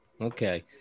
Okay